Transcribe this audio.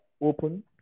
open